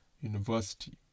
university